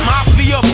Mafia